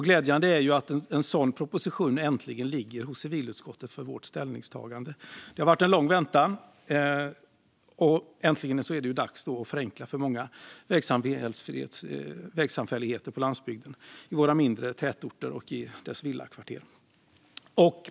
Glädjande är att en sådan proposition nu äntligen ligger hos civilutskottet för vårt ställningstagande. Det har varit en lång väntan, men nu är det äntligen dags att förenkla för många vägsamfälligheter på landsbygden, i våra mindre tätorter och i villakvarteren där.